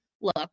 look